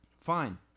fine